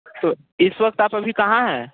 तो इस वक्त आप अभी कहाँ हैं